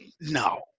No